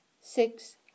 six